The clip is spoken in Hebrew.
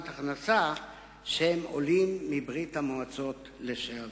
הכנסה הם עולים מברית-המועצות לשעבר.